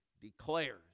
declares